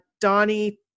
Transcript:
Donnie